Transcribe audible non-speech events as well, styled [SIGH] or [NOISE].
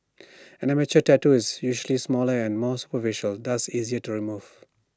[NOISE] an amateur tattoo is usually smaller and more superficial thus easier to remove